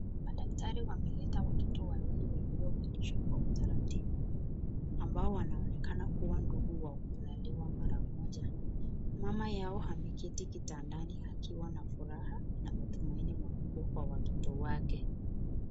Madaktari wameleta watoto wawili waliovalishwa kwa utaratibu ambao wanaonekana kua ndugu wa kuzaliwa mara moja. Mama yao ameketi kitandani akiwa na furaha na matumaini makubwa kwa watoto wake.